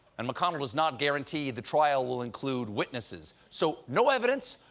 and mcconnell does not guarantee the trial will include witnesses. so, no evidence,